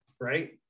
right